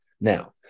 now